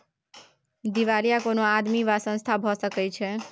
दिवालिया कोनो आदमी वा संस्था भए सकैत छै